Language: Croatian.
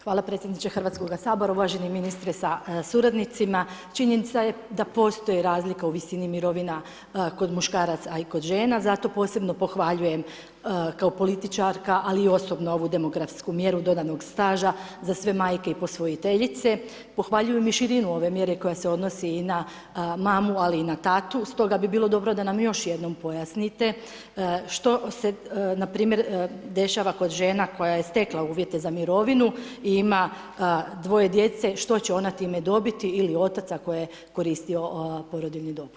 Hvala predsjedniče Hrvatskoga sabora, uvaženi ministre sa suradnicima, činjenica je da postoji razlika u visini mirovina, kod muškaraca i kod žena, zato posebno pohvaljujem kao političarka, ali i osobno ovu demografsku mjeru dodanog staža za sve majke i posvojiteljice, pohvaljujem i širinu ove mjere koja se odnosi i na mamu ali na tatu stoga bi bilo dobro da nam još jednom pojasnite što se npr. dešava kod žena koja je stekla uvjete za mirovinu i ima dvoje djece što će ona time dobiti ili otac ako je koristio porodiljni dopust.